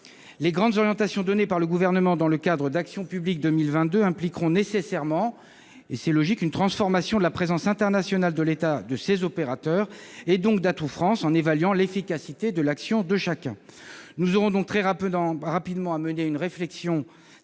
Les grandes orientations données par le Gouvernement dans le cadre d'Action publique 2022 impliqueront nécessairement, et c'est logique, une transformation de la présence internationale de l'État, de ses opérateurs, et donc d'Atout France, après évaluation de l'efficacité de l'action de chacun. Nous aurons donc très rapidement à mener une réflexion stratégique